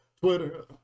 Twitter